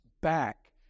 back